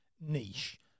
niche